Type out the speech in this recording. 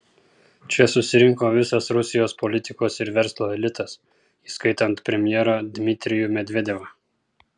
čia susirinko visas rusijos politikos ir verslo elitas įskaitant premjerą dmitrijų medvedevą